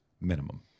minimum